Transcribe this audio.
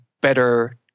better